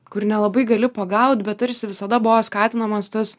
kur nelabai gali pagaut bet tarsi visada buvo skatinamas tas